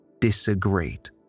disagreed